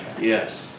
Yes